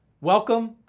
Welcome